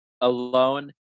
alone